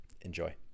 Enjoy